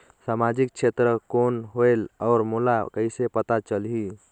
समाजिक क्षेत्र कौन होएल? और मोला कइसे पता चलही?